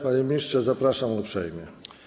Panie ministrze, zapraszam uprzejmie.